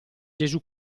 gesù